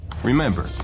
Remember